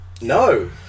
No